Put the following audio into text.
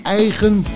eigen